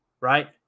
right